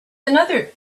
another